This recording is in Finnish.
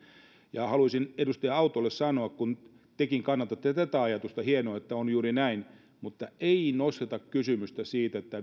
ja haluaisin edustaja autolle sanoa kun tekin kannatatte tätä ajatusta hienoa että on juuri näin ei nosteta kysymystä siitä että